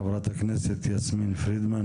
חברת הכנסת יסמין פרידמן,